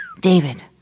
David